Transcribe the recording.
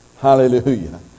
Hallelujah